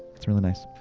it's really nice.